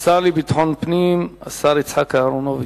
השר לביטחון פנים, השר יצחק אהרונוביץ.